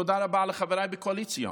תודה רבה לחבריי בקואליציה,